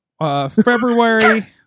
February